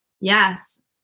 Yes